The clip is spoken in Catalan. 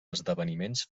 esdeveniments